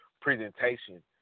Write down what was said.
presentation